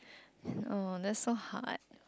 oh that's so hard